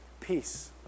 Peace